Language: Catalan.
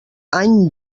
any